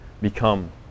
become